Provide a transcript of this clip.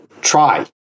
try